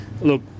look